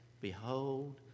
Behold